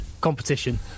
Competition